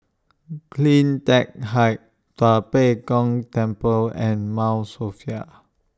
CleanTech Height Tua Pek Kong Temple and Mount Sophia